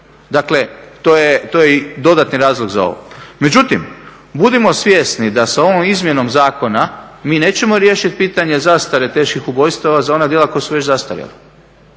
Dakle to je i dodatni razlog za ovo, međutim budimo svjesni da sa ovom izmjenom zakona mi nećemo riješit pitanje zastare teških ubojstava za ona djela koja su već zastarjela,